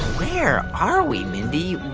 where are we, mindy?